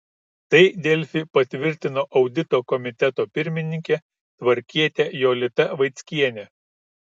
tai delfi patvirtino audito komiteto pirmininkė tvarkietė jolita vaickienė